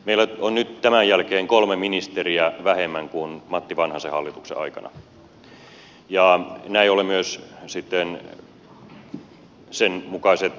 meillä on nyt tämän jälkeen kolme ministeriä vähemmän kuin matti vanhasen hallituksen aikana ja näin ollen sitten myös sen mukaiset säästöt tulevat